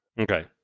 Okay